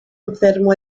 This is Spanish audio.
enfermo